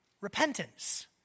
repentance